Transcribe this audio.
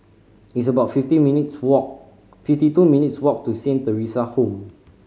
it's about fifty minutes' walk fifty two minutes' walk to Saint Theresa Home